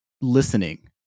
listening